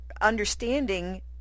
understanding